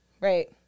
right